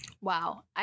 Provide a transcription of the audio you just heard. Wow